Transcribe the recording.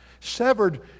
Severed